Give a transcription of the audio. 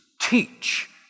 teach